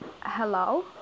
hello